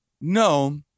No